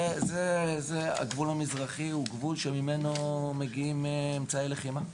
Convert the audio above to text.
הגבול המזרחי הוא גבול שממנו מגיעים אמצעי לחימה.